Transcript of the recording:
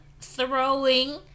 throwing